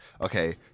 okay